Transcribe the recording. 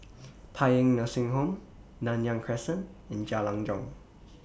Paean Nursing Home Nanyang Crescent and Jalan Jong